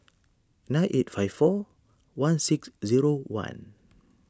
nine eight five four one six zero one